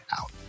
out